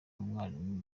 umwarimu